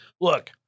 Look